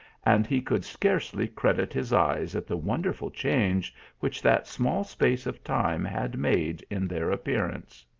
and he could scarcely credit his eyes at the wonderful change which that small space of time had made in their appearance.